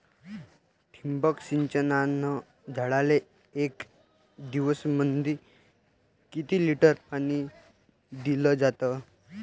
ठिबक सिंचनानं झाडाले एक दिवसामंदी किती लिटर पाणी दिलं जातं?